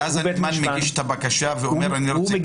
ואז הוא מגיש את הבקשה ואומר שהוא רוצה